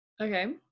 Okay